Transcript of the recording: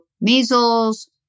measles